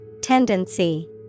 Tendency